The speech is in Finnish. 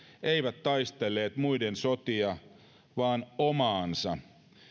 eivät taistelleet muiden sotia vaan omaansa